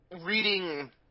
reading